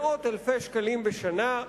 מאות אלפי שקלים בשנה,